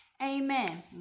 Amen